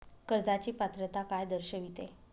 कर्जाची पात्रता काय दर्शविते?